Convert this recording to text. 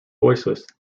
voiceless